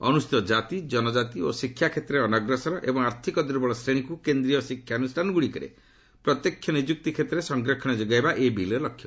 ଅନୁସ୍ରଚିତ ଜାତି କନକାତି ଓ ଶିକ୍ଷାକ୍ଷେତ୍ରରେ ଅନଗ୍ରସର ଏବଂ ଆର୍ଥକ ଦୁର୍ବଳ ଶ୍ରେଣୀକୁ କେନ୍ଦ୍ରୀୟ ଶିକ୍ଷାନୁଷ୍ଠାନଗୁଡ଼ିକରେ ପ୍ରତ୍ୟକ୍ଷ ନିଯୁକ୍ତି କ୍ଷେତ୍ରରେ ସଂରକ୍ଷଣ ଯୋଗାଇବା ଏହି ବିଲର୍ ଲକ୍ଷ୍ୟ